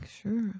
sure